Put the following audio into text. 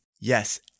Yes